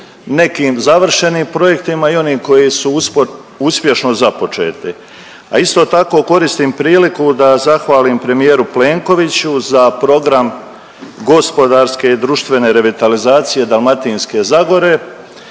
nekim završenim projektima i onim koji su uspješno započeti, a isto tako koristim priliku da zahvalim premijeru Plenkoviću za program gospodarske i društvene revitalizacije Dalmatinske zagore